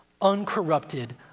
uncorrupted